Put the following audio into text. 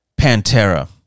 Pantera